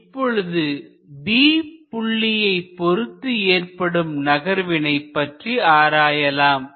So v at A is v v at B is இப்பொழுது B புள்ளியை பொருத்து ஏற்படும் நகர்வினை பற்றி ஆராயலாம்